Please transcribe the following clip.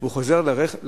הוא חוזר לכביש.